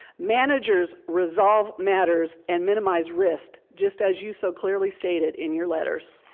managers resolved matters and minimize risks, just as you so clearly stated in your letters.